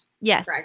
Yes